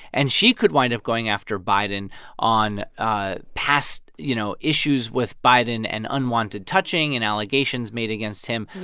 and she could wind up going after biden on ah past, you know, issues with biden and unwanted touching and allegations made against him. yeah.